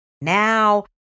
Now